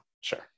sure